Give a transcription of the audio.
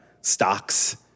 stocks